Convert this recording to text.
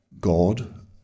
God